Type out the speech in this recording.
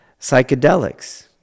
psychedelics